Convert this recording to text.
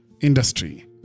industry